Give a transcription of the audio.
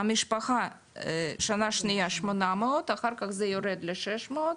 המשפחה, שנה שנייה: 800, אחר כך זה יורד ל-600,